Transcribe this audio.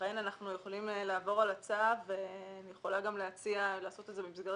לכן אנחנו יכולים לעבור על הצו ואני יכולה גם להציע לעשות את זה במסגרת